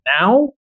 now